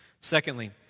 Secondly